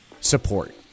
support